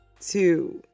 two